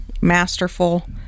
masterful